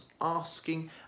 asking